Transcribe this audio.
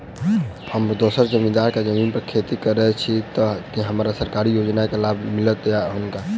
हम दोसर जमींदार केँ जमीन पर खेती करै छी तऽ की हमरा सरकारी योजना केँ लाभ मीलतय या हुनका?